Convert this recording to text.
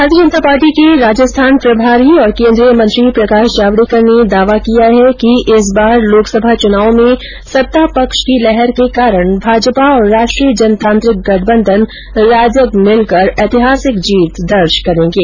भारतीय जनता पार्टी के राजस्थान प्रभारी और केन्द्रीय मंत्री प्रकाश जावडेकर ने दावा किया है कि इस बार लोकसभा चुनाव में सत्ता पक्ष की लहर के कारण भाजपा और राष्ट्रीय जनतांत्रिक गठबंधन राजग मिलकर ऐतिहासिक जीत दर्ज करेंगे